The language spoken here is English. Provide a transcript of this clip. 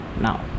now